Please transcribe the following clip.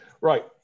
right